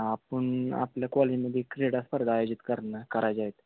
आपण आपल्या कॉलेजमध्ये क्रीडा स्पर्धा आयोजित करणं करायचे आहेत